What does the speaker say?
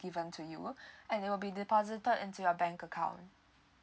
given to you and it will be deposited into your bank account